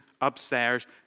upstairs